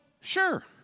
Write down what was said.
sure